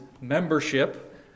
membership